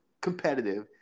competitive